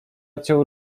odciął